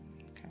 Okay